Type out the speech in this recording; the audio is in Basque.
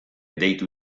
deitu